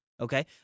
okay